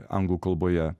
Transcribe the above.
anglų kalboje